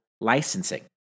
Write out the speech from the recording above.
licensing